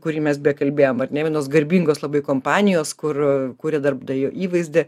kurį mes beje kalbėjom ar ne vienos garbingos labai kompanijos kur kūrė darbdavio įvaizdį